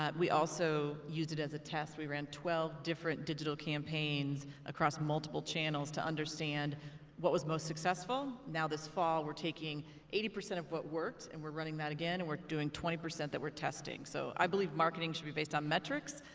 we also used it as a test. we ran twelve different digital campaigns across multiple channels to understand what was most successful. now this fall we're taking eighty percent of what worked and we're running that again. and we're doing twenty percent that we're testing. so i believe marketing should be based on metrics.